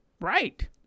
Right